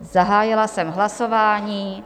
Zahájila jsem hlasování.